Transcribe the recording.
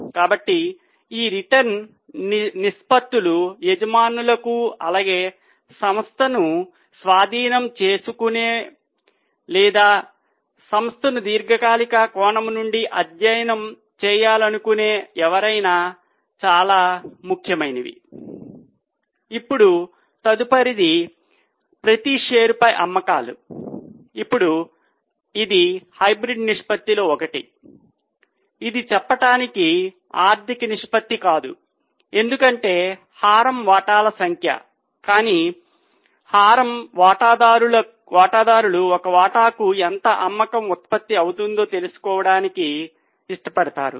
కాబట్టి ఈ రిటర్న్ నిష్పత్తులు యజమానులకు అలాగే సంస్థను స్వాధీనం చేసుకోవాలనుకునే లేదా సంస్థను దీర్ఘకాలిక కోణం నుండి అధ్యయనం చేయాలనుకునే ఎవరికైనా చాలా ముఖ్యమైనవి ఇప్పుడు తదుపరిది ప్రతి షేరుకు అమ్మకాలు ఇప్పుడు ఇది హైబ్రిడ్ నిష్పత్తిలో ఒకటి ఇది చెప్పటానికి ఆర్థిక నిష్పత్తి కాదు ఎందుకంటే హారం వాటాల సంఖ్య కానీ వాటాదారులు ఒక వాటాకు ఎంత అమ్మకం ఉత్పత్తి అవుతుందో తెలుసుకోవడానికి ఇష్టపడతారు